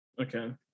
Okay